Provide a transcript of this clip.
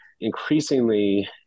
increasingly